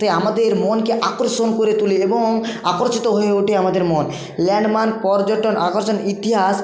তাই আমাদের মনকে আকর্ষণ করে তোলে এবং আকর্ষিত হয়ে ওঠে আমাদের মন ল্যান্ডমার্ক পর্যটন আকর্ষণ ইতিহাস